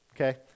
Okay